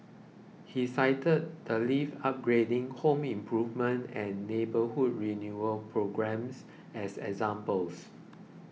he cited the lift upgrading home improvement and neighbourhood renewal programmes as examples